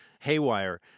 haywire